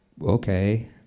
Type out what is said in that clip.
okay